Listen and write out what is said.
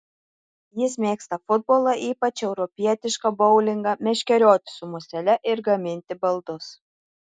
jis mėgsta futbolą ypač europietišką boulingą meškerioti su musele ir gaminti baldus